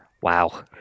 wow